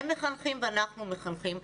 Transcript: הם מחנכים ואנחנו מחנכים,